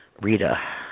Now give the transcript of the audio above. Rita